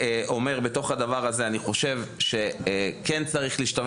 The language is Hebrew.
בתוך הדבר הזה אני חושב שכן צריך להשתמש